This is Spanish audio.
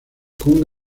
con